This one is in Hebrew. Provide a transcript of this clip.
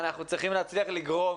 אנחנו צריכים להצליח לגרום